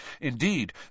Indeed